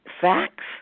facts